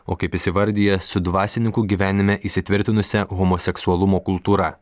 o kaip įsivardija su dvasininkų gyvenime įsitvirtinusia homoseksualumo kultūra